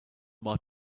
might